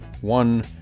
one